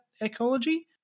ecology